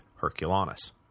Herculanus